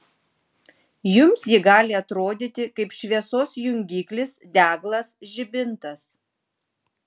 jums ji gali atrodyti kaip šviesos jungiklis deglas žibintas